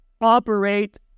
operate